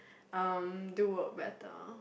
um do work better